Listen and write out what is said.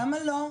למה לא?